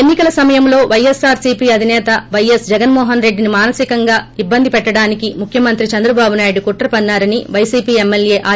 ఎన్ని కల సమయంలో పైఎస్పార్ సీపీ అధిసేత పైఎస్ జగన్మోహన్రెడ్డిని మానసికంగా ఇబ్బంది పెట్లడానికి ముఖ్యమంత్రి చంద్రబాబు నాయుడు కుట్ర పన్సారని పైసీపీ ఎమ్మెల్యే ఆర్